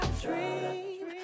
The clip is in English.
dream